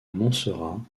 montserrat